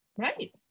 Right